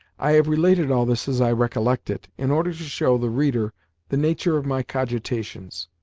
i have related all this as i recollect it in order to show the reader the nature of my cogitations.